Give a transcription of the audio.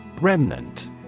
Remnant